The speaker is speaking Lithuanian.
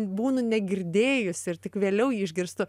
būnu negirdėjusi ir tik vėliau jį išgirstų